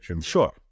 Sure